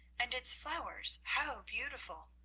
and its flowers, how beautiful!